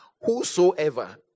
Whosoever